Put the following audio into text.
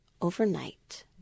overnight